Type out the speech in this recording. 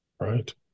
Right